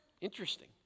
Interesting